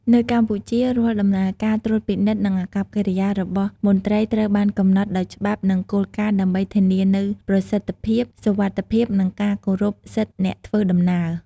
នៅកម្ពុជារាល់ដំណើរការត្រួតពិនិត្យនិងអាកប្បកិរិយារបស់មន្ត្រីត្រូវបានកំណត់ដោយច្បាប់និងគោលការណ៍ដើម្បីធានានូវប្រសិទ្ធភាពសុវត្ថិភាពនិងការគោរពសិទ្ធិអ្នកធ្វើដំណើរ។